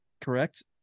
Correct